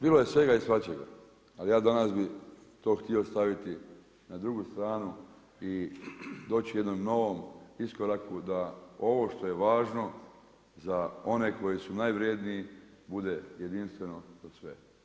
Bilo je svega i svačega ali ja danas bi to htio staviti na drugu stranu i doći u jednom novom iskoraku da ovo što je važno za one koji su najvrjedniji, bude jedinstveno za sve.